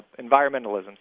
environmentalism